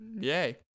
Yay